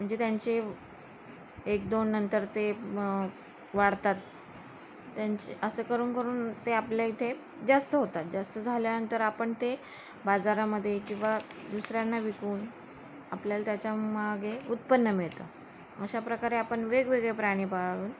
म्हणजे त्यांचे एक दोन नंतर ते वाढतात त्यांचे असं करून करून ते आपल्या इथे जास्त होतात जास्त झाल्यानंतर आपण ते बाजारामध्ये किंवा दुसऱ्यांना विकून आपल्याला त्याच्या मागे उत्पन्न मिळतं अशा प्रकारे आपण वेगवेगळे प्राणी पाळून